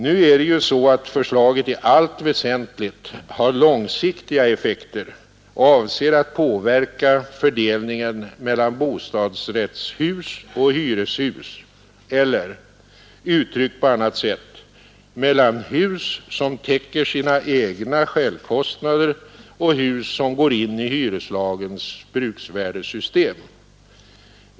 Förslaget har i allt väsentligt långsiktiga effekter och avser att påverka fördelningen mellan bostadsrättshus och hyreshus eller, uttryckt på annat sätt, mellan hus som täcker sina självkostnader och hus som går in i hyreslagens bruksvärdesystem.